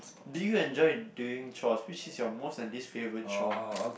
do you enjoy doing chores which is your most and least favourite chore